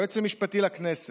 היועץ המשפטי לכנסת,